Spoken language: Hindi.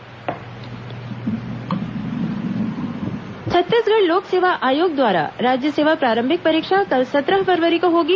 पीएससी परीक्षा छत्तीसगढ़ लोक सेवा आयोग द्वारा राज्य सेवा प्रारंभिक परीक्षा कल सत्रह फरवरी को होगी